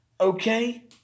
Okay